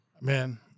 Man